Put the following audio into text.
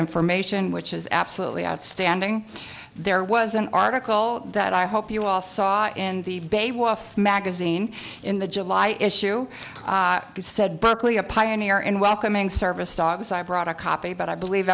information which is absolutely outstanding there was an article that i hope you all saw in the bay wolf magazine in the july issue said berkeley a pioneer in welcoming service dogs i brought a copy but i believe